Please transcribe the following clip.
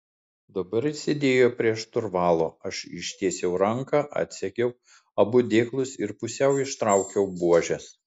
dabar jis sėdėjo prie šturvalo aš ištiesiau ranką atsegiau abu dėklus ir pusiau ištraukiau buožes